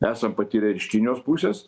esam patyrę iš kinijos pusės